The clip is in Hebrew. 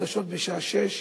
בחדשות בשעה 18:00,